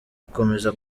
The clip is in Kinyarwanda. gukomeza